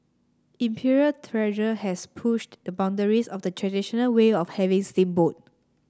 Imperial Treasure has pushed the boundaries of the traditional way of having steamboat